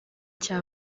cya